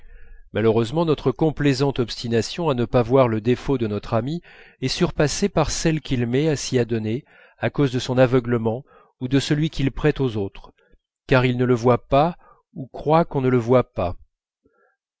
malheureusement notre complaisante obstination à ne pas voir le défaut de notre ami est surpassée par celle qu'il met à s'y adonner à cause de son aveuglement ou de celui qu'il prête aux autres car il ne le voit pas ou croit qu'on ne le voit pas